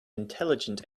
intelligent